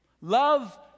Love